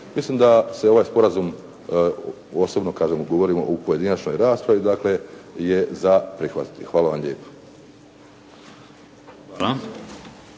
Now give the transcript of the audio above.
mislim da se ovaj sporazum osobno kažem, govorimo u pojedinačnoj raspravi dakle je za prihvatiti. Hvala vam lijepo.